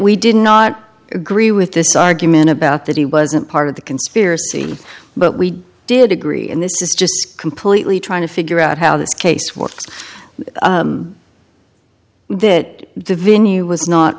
we did not agree with this argument about that he wasn't part of the conspiracy but we did agree and this is just completely trying to figure out how this case what's that the venue was not